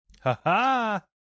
Ha-ha